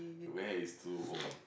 where is true home